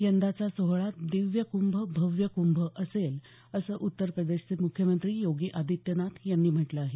यंदाचा सोहळा दिव्य कुंभ भव्य कुंभ असेल असं उत्तर प्रदेशचे मुख्यमंत्री योगी आदित्यनाथ यांनी म्हटलं आहे